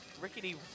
Rickety